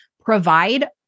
provide